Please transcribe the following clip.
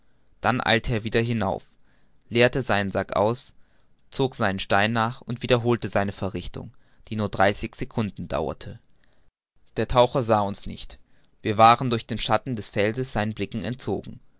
dann eilte er wieder hinauf leerte seinen sack aus zog seinen stein nach und wiederholte seine verrichtung die nur dreißig secunden dauerte der taucher sah uns nicht wir waren durch den schatten des felsen seinen blicken entzogen